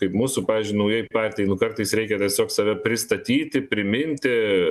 kaip mūsų pavyzdžiui naujai partijai nu kartais reikia tiesiog save pristatyti priminti